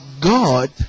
God